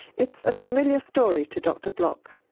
it's a familiar story to dr block.